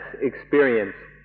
experience